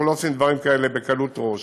אנחנו לא עושים דברים כאלה בקלות ראש.